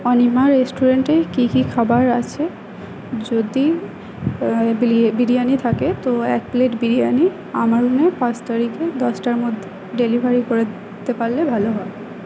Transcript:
অনিমা রেস্টুরেন্টে কী কী খাবার আছে যদি বিরিয়ানি থাকে তো এক প্লেট বিরিয়ানি আমার রুমে পাঁচ তারিখে দশটার মধ্যে ডেলিভারি করে দিতে পারলে ভালো হয়